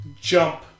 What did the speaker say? jump